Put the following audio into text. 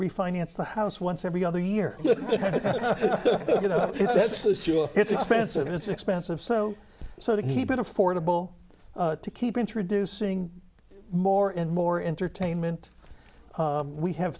refinance the house once every other year you know it's expensive and it's expensive so so to keep it affordable to keep introducing more and more entertainment we have